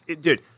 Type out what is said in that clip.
dude